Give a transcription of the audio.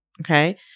okay